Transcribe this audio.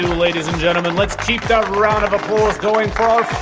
ladies and gentlemen. let's keep that round of applause going for our